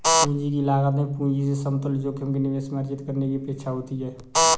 पूंजी की लागत में पूंजी से समतुल्य जोखिम के निवेश में अर्जित करने की अपेक्षा होती है